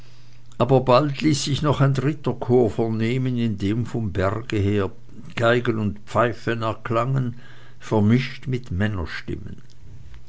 aber bald ließ sich noch ein dritter chor vernehmen indem vom berge her geigen und pfeifen erklangen vermischt mit männerstimmen